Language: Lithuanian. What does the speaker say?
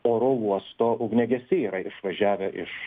oro uosto ugniagesiai yra išvažiavę iš